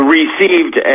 received